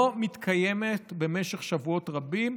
לא מתקיימת במשך שבועות רבים,